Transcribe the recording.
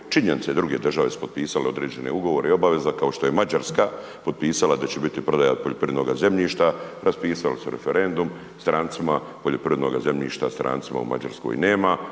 činjenica i druge države su potpisale određene ugovore i obaveze kao što je Mađarska potpisala da će biti prodaja poljoprivrednoga zemljišta, raspisali su referendum, strancima poljoprivrednoga zemljišta strancima u Mađarskoj nema